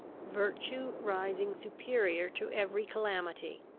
virtue rising superior to every calamity,